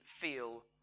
feel